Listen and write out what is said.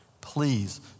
Please